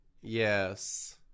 Yes